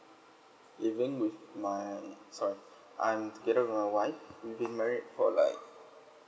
even with my sorry I'm together with my wife we've been married for like